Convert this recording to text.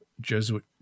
Jesuit